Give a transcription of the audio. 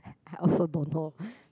I also don't know